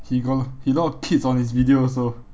he got a lot he lots of kids on his video also